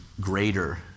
greater